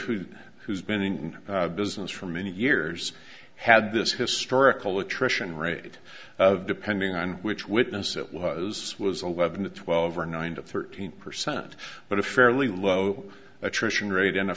food who's been in business for many years had this historical attrition rate depending on which witness it was was eleven to twelve or nine to thirteen percent but a fairly low attrition rate and a